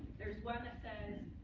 there's one that says,